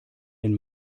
den